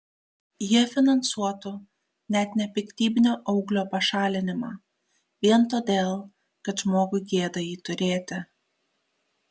jie finansuotų net nepiktybinio auglio pašalinimą vien todėl kad žmogui gėda jį turėti